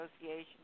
association